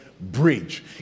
bridge